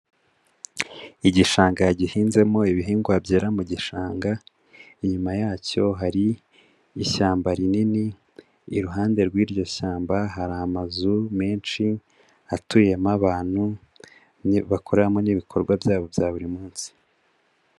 Igishanga yagihinzemo ibihingwa byera mu gishanga, inyuma yacyo hari ishyamba rinini iruhande rw'iryo shyamba hari amazu menshi atuyemo abantu nibakoramo n'ibikorwa byabo bya buri munsi.